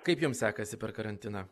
kaip jum sekasi per karantiną